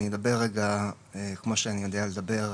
וגם לא אנחנו עדיין,